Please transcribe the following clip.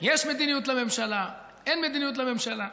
יש מדיניות לממשלה, אין מדיניות לממשלה.